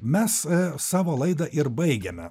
mes savo laidą ir baigiame